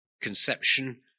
conception